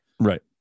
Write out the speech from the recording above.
right